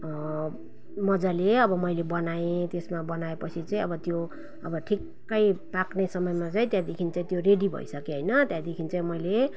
मजाले अब मैले बनाएँ त्यसमा बनाएपछि चाहिँ अब त्यो अब ठिकै पाक्ने समयमा चाहिँ त्यहाँदेखि चाहिँ त्यो रेडी भइसक्यो होइन त्यहाँदेखि चाहिँ मैले